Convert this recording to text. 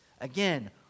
Again